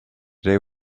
they